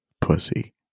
Pussy